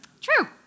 True